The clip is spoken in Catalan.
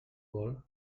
vol